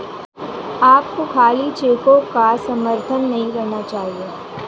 आपको खाली चेकों का समर्थन नहीं करना चाहिए